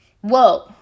Whoa